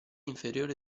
inferiore